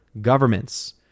governments